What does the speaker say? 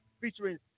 featuring